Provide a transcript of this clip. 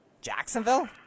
Jacksonville